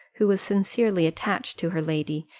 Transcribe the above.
who was sincerely attached to her lady,